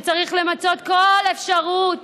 שצריך למצות כל אפשרות